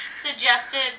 suggested